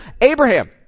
Abraham